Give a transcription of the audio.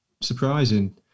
surprising